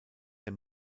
der